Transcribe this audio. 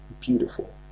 beautiful